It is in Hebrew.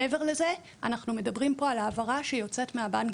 מעבר לכך אנחנו מדברים פה על העברה שיוצאת מהבנק